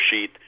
sheet